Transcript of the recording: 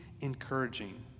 encouraging